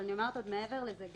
אני אומרת עוד מעבר לזה,